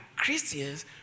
Christians